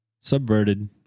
subverted